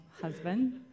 husband